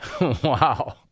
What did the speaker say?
Wow